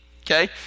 okay